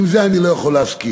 עם זה אני לא יכול להסכים.